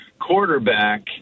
quarterback